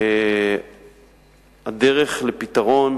הדרך לפתרון,